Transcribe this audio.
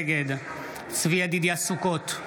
נגד צבי ידידיה סוכות,